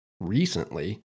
recently